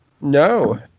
No